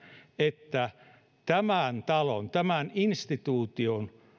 että tämän talon tämän instituution